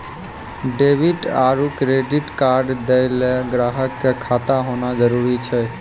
debit आरू credit card दैय ल ग्राहक क खाता होना जरूरी छै